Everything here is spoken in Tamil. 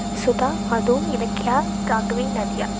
சுதா மது இலக்கியா ராகவி நதியா